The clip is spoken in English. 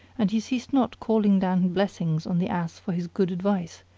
and he ceased not calling down blessings on the ass for his good advice,